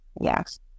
Yes